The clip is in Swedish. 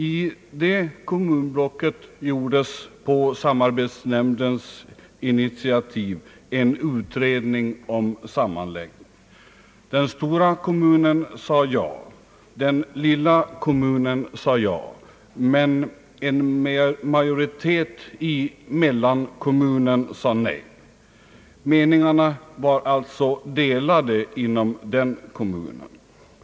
I det kommunblocket gjordes på samarbetsnämndens initiativ en utredning om sammanläggning. Den stora kommunen sade ja, den lilla kommunen sade ja, men en majoritet i mellankommunen sade nej, då meningarna var delade inom den kommunen.